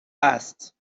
است